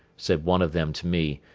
said one of them to me,